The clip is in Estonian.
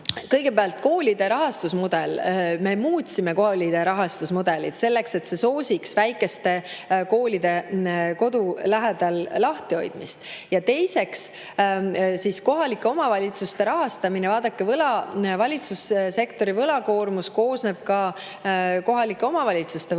kõigepealt koolide rahastuse mudelist. Me muutsime koolide rahastuse mudelit selleks, et see soosiks väikeste kodulähedaste koolide lahti hoidmist. Ja teiseks, kohalike omavalitsuste rahastamine. Vaadake, valitsussektori võlakoormus [hõlmab] ka kohalike omavalitsuste võlakoormust,